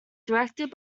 directed